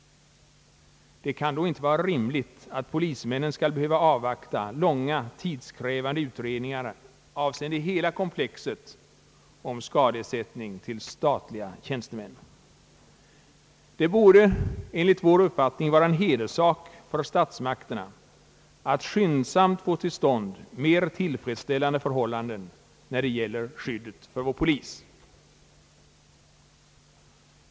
Det kan inte vara rimligt att polismännen skall behöva avvakta långa och tidskrävande utredningar avseende hela komplexet om skadeersättning till statliga tjänstemän. Det borde enligt vår uppfattning vara en hederssak för statsmakierna att skyndsamt få till stånd mer tillfredsställande förhållanden när det gäller skyddet för vår polis.